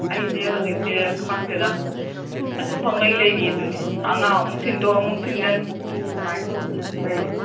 ꯑꯩꯁꯦ ꯍꯧꯖꯤꯛꯁꯦ ꯈꯪꯗꯦꯗ ꯑꯗꯨꯝ ꯄꯪꯂꯩ ꯂꯩꯔꯤꯗꯨꯅꯤ ꯑꯉꯥꯡ ꯑꯃꯨꯛ ꯊꯤꯟꯗꯣꯛ ꯑꯃꯨꯛ ꯊꯤꯟꯖꯟ ꯁꯨꯃꯥꯏꯅ ꯇꯧꯗꯅ ꯑꯗꯨꯝ ꯂꯩꯔꯤ